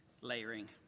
layering